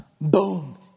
Boom